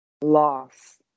Loss